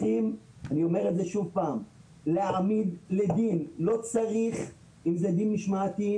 צריכים להעמיד לדין אם זה דין משמעתי,